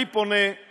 אני פונה אל